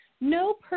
No